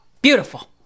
Beautiful